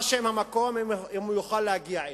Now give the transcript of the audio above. מה שם המקום, אם הוא יוכל להגיע אליו.